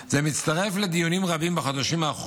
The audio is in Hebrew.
זה מצטרף לדיונים רבים בחודשים האחרונים